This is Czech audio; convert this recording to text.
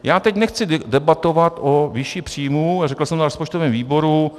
Já teď nechci debatovat o výši příjmů a říkal jsem to na rozpočtovém výboru.